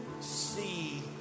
see